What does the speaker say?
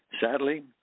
Sadly